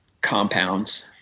compounds